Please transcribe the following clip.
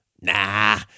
Nah